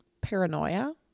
paranoia